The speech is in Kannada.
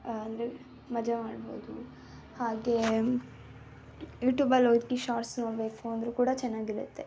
ಅಂದರೆ ಮಜಾ ಮಾಡ್ಬೋದು ಹಾಗೆಯೇ ಯೂಟ್ಯೂಬಲ್ಲೋಗಿ ಶಾರ್ಟ್ಸ್ ನೋಡಬೇಕು ಅಂದರೂ ಕೂಡ ಚೆನ್ನಾಗಿರುತ್ತೆ